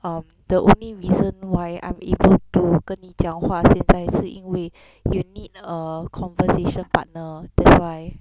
um the only reason why I'm able to 跟你讲话现在是因为 you need a conversation partner that's why